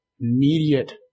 immediate